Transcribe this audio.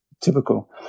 typical